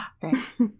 Thanks